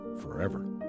forever